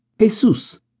Jesus